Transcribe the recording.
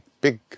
big